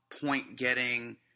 point-getting